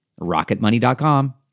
rocketmoney.com